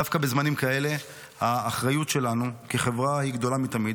דווקא בזמנים כאלה האחריות שלנו כחברה היא גדולה מתמיד.